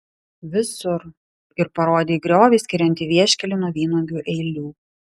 visur ir parodė į griovį skiriantį vieškelį nuo vynuogių eilių